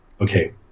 Okay